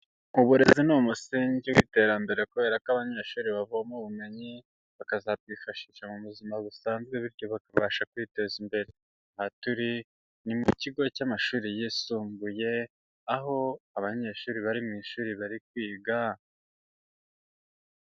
Uburezi ni umusingi w'iterambere kubera ko abanyeshuri bavoma ubumenyi bakazabwifashisha mu buzima busanzwe bityo bakabasha kwiteza imbere. Aha turi ni mu kigo cy'amashuri yisumbuye, aho abanyeshuri bari mu ishuri bari kwiga.